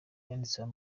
yanditseho